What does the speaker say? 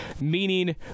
meaning